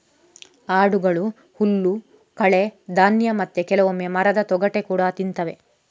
ಆಡುಗಳು ಹುಲ್ಲು, ಕಳೆ, ಧಾನ್ಯ ಮತ್ತೆ ಕೆಲವೊಮ್ಮೆ ಮರದ ತೊಗಟೆ ಕೂಡಾ ತಿಂತವೆ